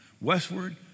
westward